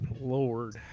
lord